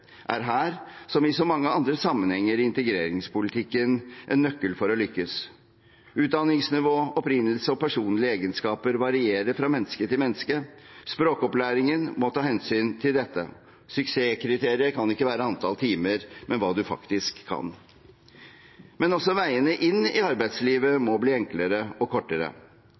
er her, som i så mange andre sammenhenger i integreringspolitikken, en nøkkel for å lykkes. Utdanningsnivå, opprinnelse og personlige egenskaper varierer fra menneske til menneske. Språkopplæringen må ta hensyn til dette. Suksesskriteriet kan ikke være antall timer, men hva man faktisk kan. Men også veiene inn i arbeidslivet må bli enklere og kortere.